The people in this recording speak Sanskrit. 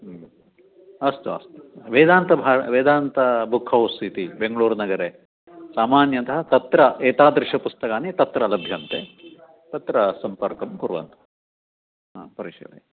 अस्तु अस्तु वेदान्तभा वेदान्त बुक् हौस् इति बेङ्गलूरुनगरे सामान्यतः तत्र एतादृशपुस्तकानि तत्र लभ्यन्ते तत्र सम्पर्कं कुर्वन्तु परिशीलयतु